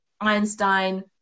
Einstein